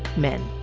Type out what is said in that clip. men.